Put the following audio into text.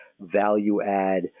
value-add